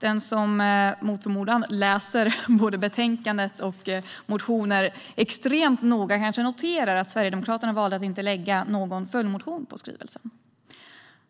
Den som mot förmodan läser både betänkandet och motionerna extremt noga kanske noterar att Sverigedemokraterna har valt att inte väcka någon följdmotion med anledning av skrivelsen.